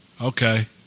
Okay